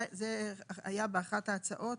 זה היה באחת ההצעות,